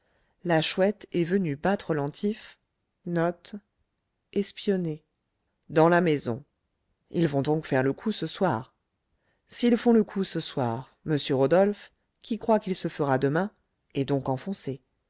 la chouette est venue battre l'antif dans la maison ils vont donc faire le coup ce soir s'ils font le coup ce soir m rodolphe qui croit qu'il se fera demain est donc enfoncé